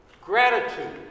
Gratitude